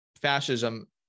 fascism